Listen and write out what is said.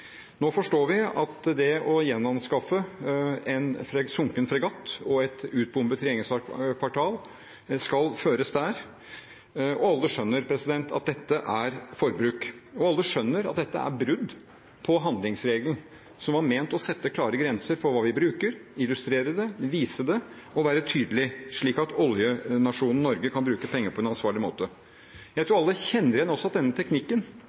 Nå forstår vi at det å gjenanskaffe en sunken fregatt og et utbombet regjeringskvartal skal føres der. Alle skjønner at dette er forbruk. Og alle skjønner at dette er brudd på handlingsregelen, som var ment å sette klare grenser for hva vi bruker, illustrere det, vise det og være tydelig, slik at oljenasjonen Norge kan bruke penger på en ansvarlig måte. Jeg tror alle også kjenner igjen denne teknikken